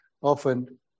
often